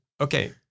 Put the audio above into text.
Okay